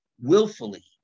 willfully